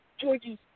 Georgie